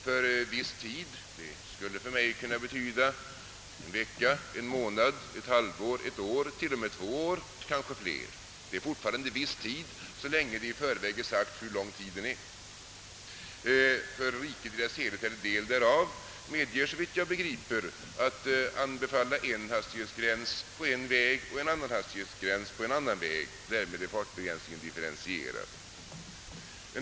»För viss tid» skulle för mig kunna betyda en vecka, en månad, ett halvår, ett år, t.o.m. två år och kanske fler. Det är fortfarande »viss tid», så länge det inte i förväg är sagt hur lång tiden skall vara. »För riket i dess helhet eller del därav» medger, såvitt jag förstår, tillstånd att anbefalla en hastighetsgräns på en väg och en annan hastighetsgräns på en annan väg. Därmed är fartbegränsningen differentierad.